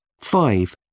five